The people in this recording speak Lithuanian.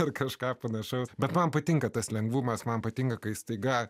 ar kažką panašaus bet man patinka tas lengvumas man patinka kai staiga